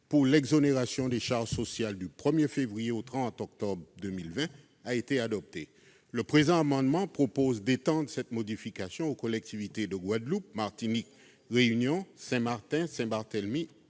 pour l'exonération des charges sociales du 1 février au 30 octobre 2020 a été adopté en commission des finances. Le présent amendement a pour objet d'étendre cette modification aux collectivités de Guadeloupe, Martinique, La Réunion, Saint-Martin, Saint-Barthélemy